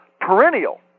perennial